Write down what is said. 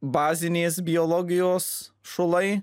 bazinės biologijos šulai